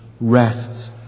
rests